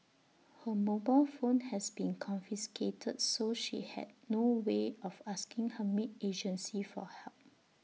her mobile phone has been confiscated so she had no way of asking her maid agency for help